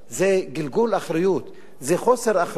זה גלגול אחריות, זה חוסר אחריות,